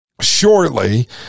shortly